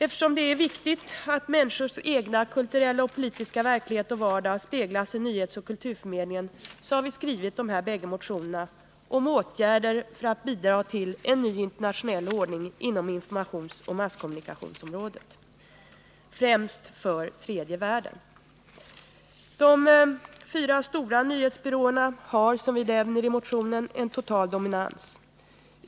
Eftersom det är viktigt att människors egna kulturella och politiska verklighet och vardag speglas i nyhetsoch kulturförmedlingen har vi skrivit dessa båda motioner om åtgärder för att bidra till en ny internationell ordning inom informationsoch masskommunikationsområdet, främst för tredje världen. nikationens områ De fyra stora nyhetsbyråerna har, som vi nämner i motionen, en total — de dominans.